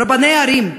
רבני ערים,